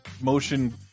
motion